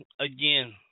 again